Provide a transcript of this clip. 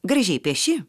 gražiai pieši